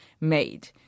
made